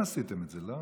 אתם עשיתם את זה, לא?